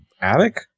attic